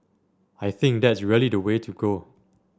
I think that's really the way to go